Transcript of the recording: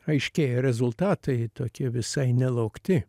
aiškėja rezultatai tokie visai nelaukti